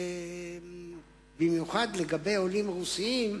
במיוחד לעולים מרוסיה.